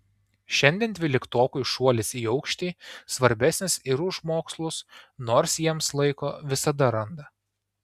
šiandien dvyliktokui šuolis į aukštį svarbesnis ir už mokslus nors jiems laiko visada randa